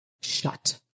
Shut